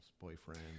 boyfriend